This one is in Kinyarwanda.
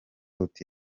uti